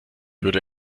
würde